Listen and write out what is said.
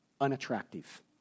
Unattractive